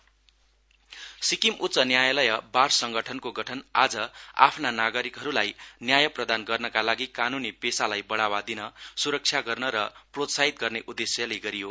Sikkim bar Sikkim उच्च न्यायालय bar संगठनको गठन आज आफ्ना नागरिकहरूलाई न्याय प्रदान गर्नका लागि कानूनी पेशालाई बढ़ावा दिन सुरक्षा गर्न र प्रोत्साहित गर्ने उद्देश्यले गरियो